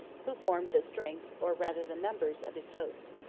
who formed the strength, or rather the numbers, of his host.